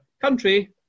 country